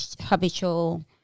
habitual